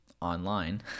online